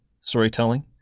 storytelling